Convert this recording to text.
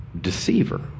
deceiver